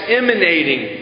emanating